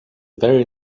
very